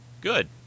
good